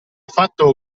fatto